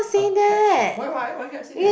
a pet shop why why why cannot say that